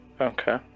Okay